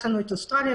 אוסטרליה,